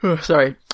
Sorry